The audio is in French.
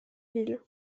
ville